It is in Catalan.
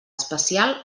especial